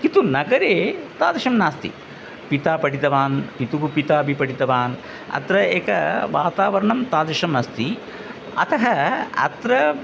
किन्तु नगरे तादृशं नास्ति पिता पठितवान् पितुः पितापि पठितवान् अत्र एकं वातावरणं तादृशमस्ति अतः अत्र